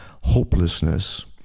hopelessness